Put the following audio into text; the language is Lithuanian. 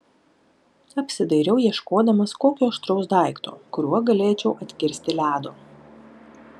apsidairiau ieškodamas kokio aštraus daikto kuriuo galėčiau atkirsti ledo